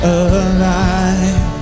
alive